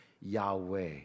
Yahweh